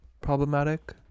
problematic